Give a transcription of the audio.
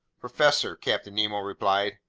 professor, captain nemo replied,